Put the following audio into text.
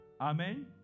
amen